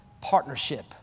partnership